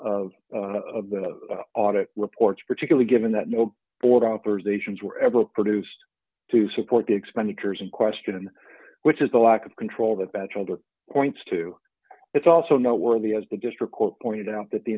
outcome of the audit reports particularly given that no board authorizations were ever produced to support the expenditures in question which is the lack of control the bachelor points to it's also noteworthy as the district court pointed out that the